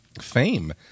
fame